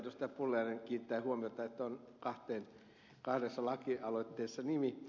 pulliainen kiinnittää huomiota siihen että on kahdessa lakialoitteessa nimi